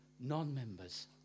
non-members